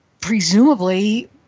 presumably—